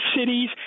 cities